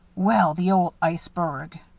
well, the old iceberg!